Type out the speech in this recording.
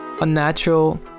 unnatural